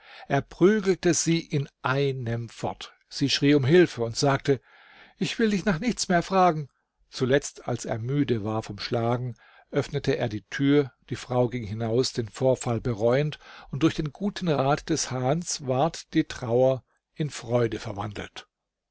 er prügelte sie in einem fort sie schrie um hilfe und sagte ich will dich nach nichts mehr fragen zuletzt als er müde war vom schlagen öffnete er die tür die frau ging hinaus den vorfall bereuend und durch den guten rat des hahns ward die trauer in freude verwandelt